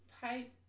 type